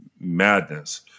madness